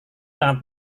sangat